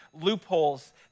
loopholes